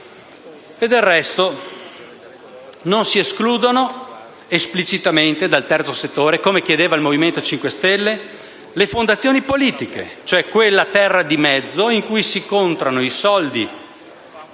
Del resto, non si escludono esplicitamente dal terzo settore - come chiedeva il Movimento 5 Stelle - le fondazioni politiche, cioè quella terra di mezzo in cui i soldi